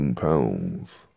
pounds